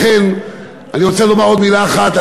לכן אני רוצה לומר עוד מילה אחת,